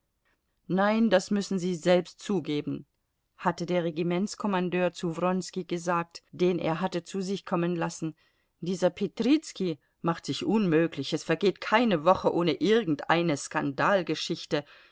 nein das müssen sie selbst zugeben hatte der regimentskommandeur zu wronski gesagt den er hatte zu sich kommen lassen dieser petrizki macht sich unmöglich es vergeht keine woche ohne irgendeine